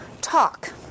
talk